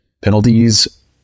penalties